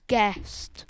Guest